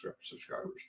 subscribers